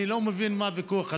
אני לא מבין מה הוויכוח הזה.